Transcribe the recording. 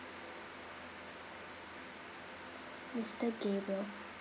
mister gabriel